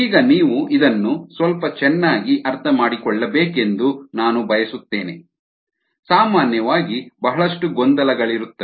ಈಗ ನೀವು ಇದನ್ನು ಸ್ವಲ್ಪ ಚೆನ್ನಾಗಿ ಅರ್ಥಮಾಡಿಕೊಳ್ಳಬೇಕೆಂದು ನಾನು ಬಯಸುತ್ತೇನೆ ಸಾಮಾನ್ಯವಾಗಿ ಬಹಳಷ್ಟು ಗೊಂದಲಗಳಿರುತ್ತವೆ